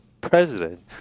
president